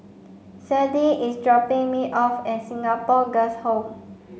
Sade is dropping me off at Singapore Girls' Home